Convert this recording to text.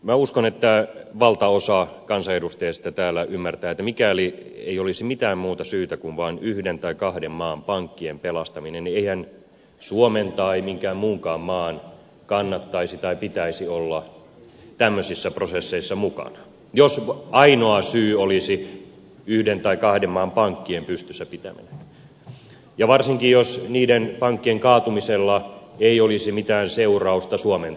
minä uskon että valtaosa kansanedustajista täällä ymmärtää että mikäli ei olisi mitään muuta syytä kuin vain yhden tai kahden maan pankkien pelastaminen niin eihän suomen tai minkään muunkaan maan kannattaisi tai pitäisi olla tämmöisissä prosesseissa mukana jos ainoa syy olisi yhden tai kahden maan pankkien pystyssä pitäminen varsinkin jos niiden pankkien kaatumisella ei olisi mitään seurausta suomen talouteen